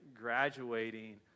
graduating